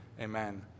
Amen